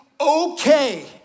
okay